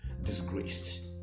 disgraced